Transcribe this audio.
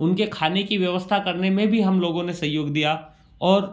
उनके खाने की व्यवस्था करने में भी हम लोगो ने सहयोग दिया और